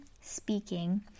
speaking